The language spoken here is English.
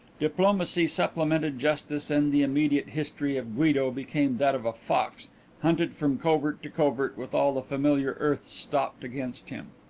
diplomacy supplemented justice and the immediate history of guido became that of a fox hunted from covert to covert with all the familiar earths stopped against him.